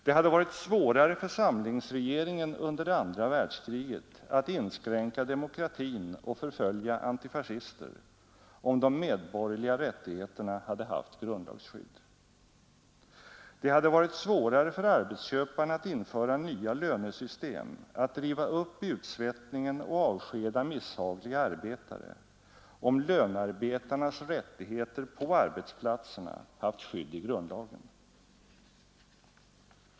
Det hade varit svårare för samlingsregeringen under det andra världskriget att inskränka demokratin och förfölja antifascister, om de medborgerliga rättigheterna hade haft grundlagsskydd. Det hade varit svårare för arbetsköparna att införa nya lönesystem, att driva upp utsvettningen och avskeda misshagliga arbetare, om lönarbetarnas rättigheter på arbetsplatserna haft skydd i grundlagen.